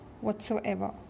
whatsoever